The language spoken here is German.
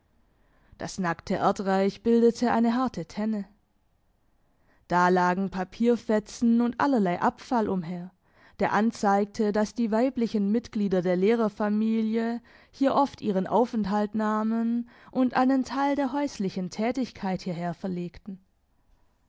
das nackte erdreich bildete eine harte tenne da lagen papierfetzen und allerlei abfall umher der anzeigte dass die weiblichen mitglieder der lehrerfamilie hier oft ihren aufenthalt nahmen und einen teil der häuslichen tätigkeit hierherverlegten